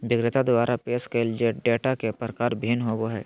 विक्रेता द्वारा पेश कइल डेटा के प्रकार भिन्न होबो हइ